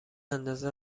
اندازه